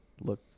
look